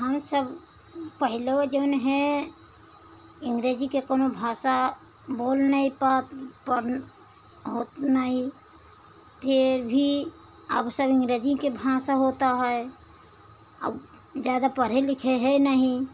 हम सब पहिलवा जउन है अँग्रेजी की कोई भाषा बोल नहीं पा पब होत नहीं फेर भी अँग्रेजी की भाषा होती है अब ज़्यादा पढ़े लिखे हैं नहीं